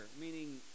meaning